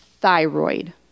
thyroid